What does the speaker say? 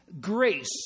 grace